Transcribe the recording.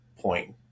point